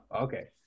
Okay